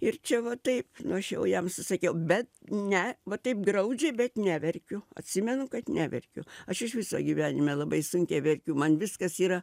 ir čia va taip nu aš jau jam sakiau bet ne va taip graudžiai bet neverkiu atsimenu kad neverkiu aš iš viso gyvenime labai sunkiai verkiu man viskas yra